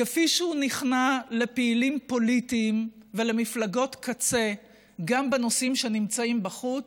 כפי שהוא נכנע לפעילים פוליטיים ולמפלגות קצה גם בנושאים שנמצאים בחוץ,